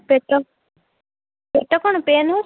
ପେଟ ପେଟ କ'ଣ ପେନ୍ ହେଉଛି